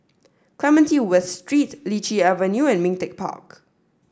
Clementi West Street Lichi Avenue and Ming Teck Park